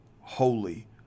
holy